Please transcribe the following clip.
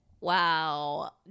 Wow